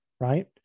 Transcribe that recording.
right